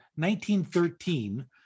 1913